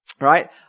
right